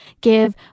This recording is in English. give